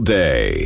day